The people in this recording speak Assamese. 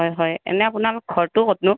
হয় হয় এনেই আপোনাৰ ঘৰটো ক'তনো